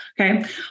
Okay